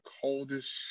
coldest